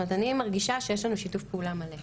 אני מרגישה שיש לנו שיתוף פעולה מלא.